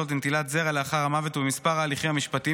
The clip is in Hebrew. לנטילת זרע לאחר המוות ובמספר ההליכים המשפטיים